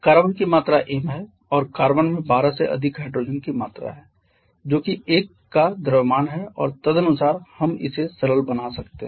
carbon की मात्रा m है और कार्बन में 12 से अधिक हाइड्रोजन की मात्रा है जो कि 1 का द्रव्यमान है और तदनुसार हम इसे सरल बना सकते हैं